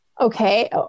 okay